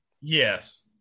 yes